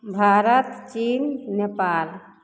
भारत चीन नेपाल